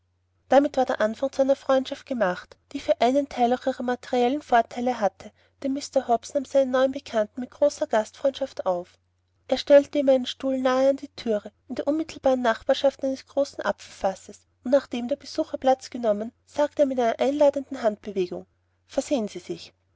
damit war der anfang zu einer freundschaft gemacht die für den einen teil auch ihre materiellen vorteile hatte denn mr hobbs nahm seinen neuen bekannten mit großer gastfreundschaft auf er stellte ihm einen stuhl nahe an die thüre in der unmittelbaren nachbarschaft des großen apfelfasses und nachdem der besucher platz genommen sagte er mit einer einladenden handbewegung versehen sie sich